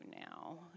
now